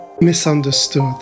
misunderstood